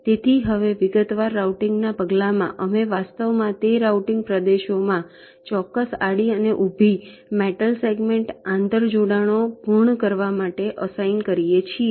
તેથી હવે વિગતવાર રાઉટીંગના પગલામાં અમે વાસ્તવમાં તે રાઉટીંગ પ્રદેશોમાં ચોક્કસ આડી અને ઊભી મેટલ સેગમેન્ટ્સ આંતર જોડાણો પૂર્ણ કરવા માટે અસાઇન કરીએ છીએ